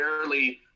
rarely